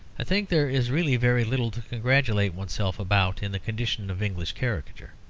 i think there is really very little to congratulate oneself about in the condition of english caricature.